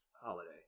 holiday